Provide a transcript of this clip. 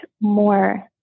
more